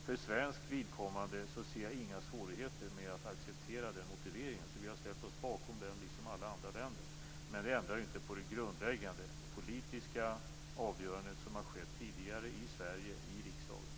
För svenskt vidkommande ser jag inga svårigheter med att acceptera den motiveringen. Vi har ställt oss bakom den, liksom alla andra länder. Det ändrar inte på det grundläggande, det politiska avgörandet som har skett tidigare i riksdagen i Sverige.